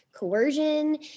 coercion